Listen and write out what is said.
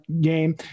game